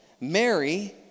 Mary